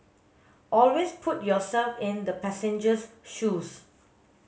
always put yourself in the passenger's shoes